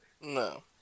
no